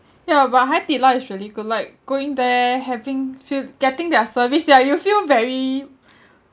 yeah but HaiDiLao is really good like going there having feel getting their service yeah you feel very